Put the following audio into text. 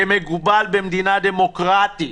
כמקובל במדינה דמוקרטית.